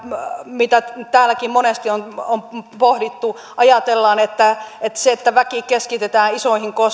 mitä täälläkin monesti on pohdittu eli ajatellaan että se että väki keskitetään isoihin